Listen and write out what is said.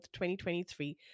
2023